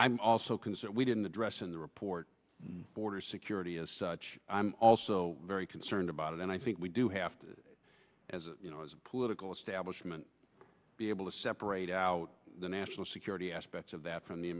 i'm also concerned we didn't address in the report border security as such i'm also very concerned about it and i think we do have to as a political establishment be able to separate out the national security aspects of that from the